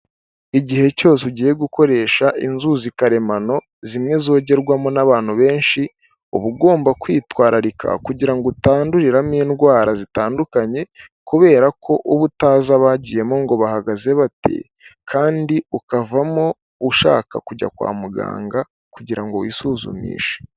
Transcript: Igihe cyose ugiye gukoresha inzuzi karemano zimwe zogerwamo n'abantu benshi uba ugomba kwitwararika kugira ngo utanduriramo indwara zitandukanye, kubera ko uba utazi abagiyemo ngo bahagaze bate kandi ukavamo ushaka kujya kwa muganga kugira ngo wisuzumishe.